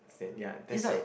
as in ya that's your